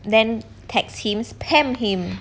then text spam him